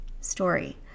story